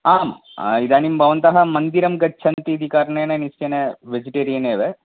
आम् इदानीं भवन्तः मन्दिरं गच्छन्ति इति कारणेन निश्चयेन वेजिटेरियन् एव